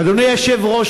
אדוני היושב-ראש,